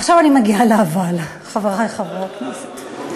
עכשיו אני מגיעה לאבל, חברי חברי הכנסת.